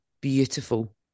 beautiful